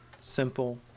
simple